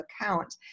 account